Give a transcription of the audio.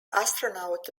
astronaut